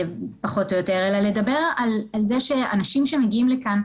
אלא לדבר על האנשים שמגיעים לכאן,